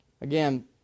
Again